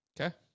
Okay